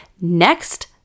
next